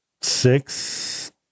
six